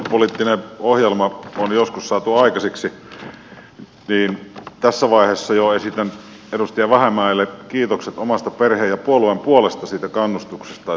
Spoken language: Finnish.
teollisuuspoliittinen ohjelma saadaan joskus aikaiseksi mutta tässä vaiheessa jo esitän edustaja vähämäelle kiitokset omasta perheen ja puolueen puolesta siitä kannustuksesta että me olemme töitä tehneet